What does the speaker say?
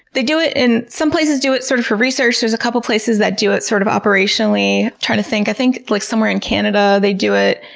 they do it in, some places do it sort of for research. there's a couple places that do it sort of operationally. i'm trying to think, i think like somewhere in canada they do it.